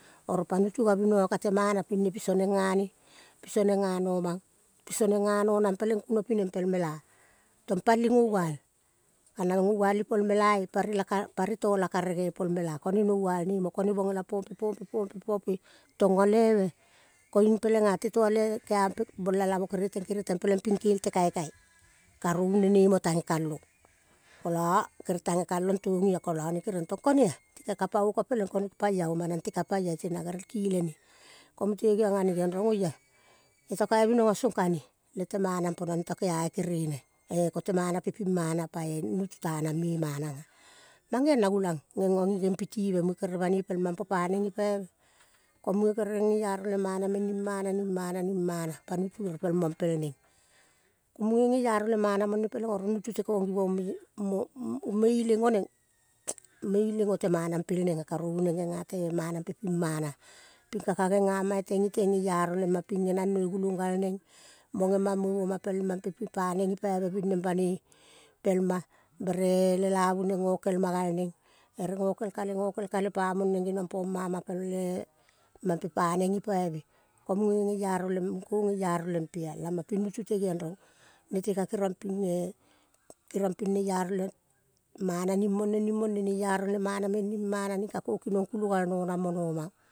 Oro pa nutu gavinogo ka tema ping ne piso neng gane piso neng ga nomang piso neng ga nomang peleng kuno pineng pel mela. tong pali goual, ka nang goual ipol mela eh. Pari to la karege ipol mela, ko-ne noual nemo kone bola pope, pope, pope, pope tongo leve koing peleng ah te toleve, kea pe bolala mo kere teng kere teng peleng ping kel te kaikai karovi ne ne mo tage kalong kolo tage kalong togi kolo ne kereng teng konea te ka pai oko peleng kone pai ah oma na te ka pai ah iyo na gerel kilene ko mute geong a-ner rong oia iyo to kaibinogo song lete manam po na neto kea iyo kerene, e. Kote mana pe ping mana ah. pa-e nutu ta nang me manang ah. Mangeong na gulang gengo gi gompi tive, kere banoi pel mam po pa neng gipaive ko muge kere geiaro le mana meng ning mona ning mana ning mana pa nutu repel mong pel neng ning mana ning mana ning mana pa nutu repel mong pel neng. Guge geiaro le mana mone peleng oro nutu te kong me ileng oneng me ileng otemana pel neng ah karovu neng genga te mena pe ping mana ah. Pingka. ka genga ma iteng iteng geiaro le ma ping genang noi gulong gal neng mo gemang moi mo pel emma pel paneng gipaive ping neng banoi pelma bere lelavi neng gokel ma gal ne, ere gokel. Kale gokel kale pa mong neng geniong mo mama pei eh. mam pe neng gipaive, ko muge geiaro le muge ko geiaro le pe-ah lam ma ping nutu te geong ron nete ka kerong le pe-ah. Lam ma ping nutu te geong ron nete ka kerong ping eh mana meng ning mana ning. Ka ko kinong gulagal nonang mo nomang.